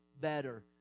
better